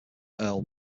earl